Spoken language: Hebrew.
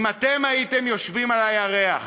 אם אתם הייתם יושבים על הירח